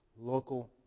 local